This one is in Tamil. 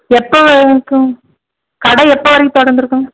எப்போ வரைக்கும் கடை எப்போ வரைக்கும் திறந்துருக்கும்